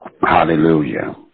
Hallelujah